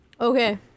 Okay